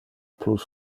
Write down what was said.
plus